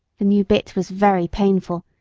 the new bit was very painful,